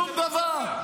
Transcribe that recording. שום דבר.